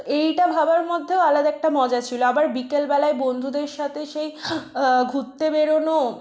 তো এইটা ভাবার মধ্যেও আলাদা একটা মজা ছিল আবার বিকেলবেলায় বন্ধুদের সাথে সেই ঘুরতে বেরনো